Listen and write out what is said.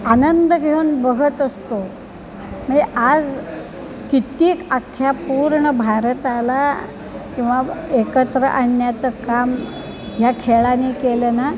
आनंद घेऊन बघत असतो म्हणजे आज कित्येक अख्ख्या पूर्ण भारताला किंवा एकत्र आणण्याचं काम ह्या खेळाने केलं ना